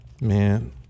Man